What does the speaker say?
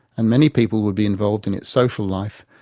and many people would be involved in its social life,